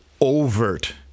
overt